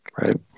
Right